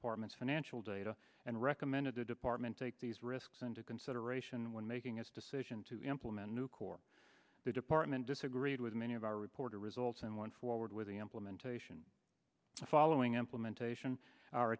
department's financial data and recommended the department take these risks into consideration when making its decision to implement new core the department disagreed with many of our reported results and went forward with the implementation following implementation our